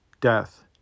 death